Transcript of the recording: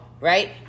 right